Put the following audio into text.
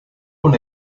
con